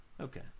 okay